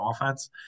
offense